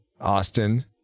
Austin